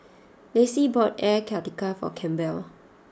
Lacy bought Air Karthira for Campbell